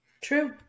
True